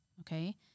okay